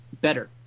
better